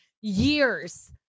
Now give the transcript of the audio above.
years